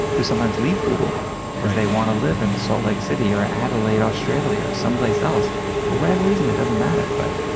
who sometimes leave google because they want to live in salt lake city or adelaide, australia or someplace else for whatever reason, it doesn't matter. but